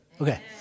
Okay